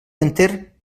enter